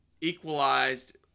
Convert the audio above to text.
equalized